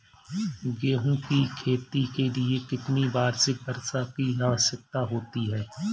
गेहूँ की खेती के लिए कितनी वार्षिक वर्षा की आवश्यकता होती है?